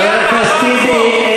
חבר הכנסת טיבי,